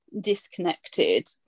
disconnected